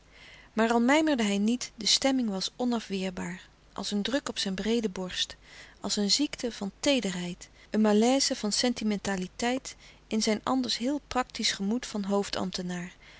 maar al mijmerde hij niet de stemming was onafweerbaar als een druk op zijn breede borst als een ziekte van teederheid een malaise van sentimentaliteit in zijn anders heel praktisch gemoed van